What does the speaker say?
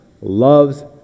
loves